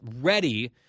ready